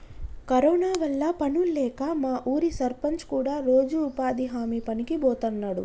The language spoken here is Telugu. కరోనా వల్ల పనుల్లేక మా ఊరి సర్పంచ్ కూడా రోజూ ఉపాధి హామీ పనికి బోతన్నాడు